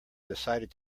decided